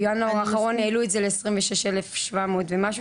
בינואר האחרון העלו את זה ל-26,700 ומשהו,